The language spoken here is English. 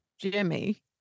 Jimmy